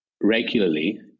regularly